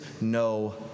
no